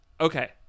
Okay